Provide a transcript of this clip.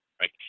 right